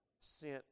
sent